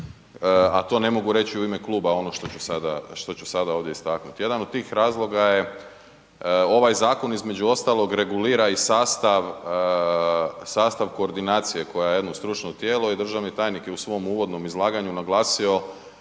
a to ne mogu reći u ime kluba ono što ću sada, što ću sada ovdje istaknuti. Jedan od tih razloga je, ovaj zakon između ostalog regulira i sastav, sastav koordinacije koja je jedno stručno tijelo i državni tajnik je u svom uvodnom izlaganju naglasio